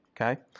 okay